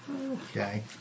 Okay